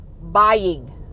buying